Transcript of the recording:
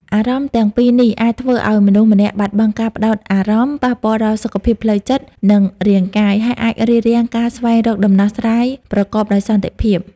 អារម្មណ៍ទាំងពីរនេះអាចធ្វើឲ្យមនុស្សម្នាក់បាត់បង់ការផ្ដោតអារម្មណ៍ ប៉ះពាល់ដល់សុខភាពផ្លូវចិត្ត និងរាងកាយ ហើយអាចរារាំងការស្វែងរកដំណោះស្រាយប្រកបដោយសន្តិភាព។